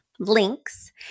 links